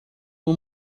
uma